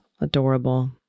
Adorable